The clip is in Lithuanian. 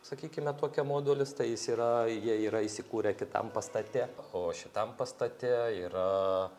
sakykime tokia modulis tai jis yra jie yra įsikūrę kitam pastate o šitam pastate yra